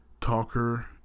Talker